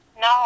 No